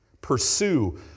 pursue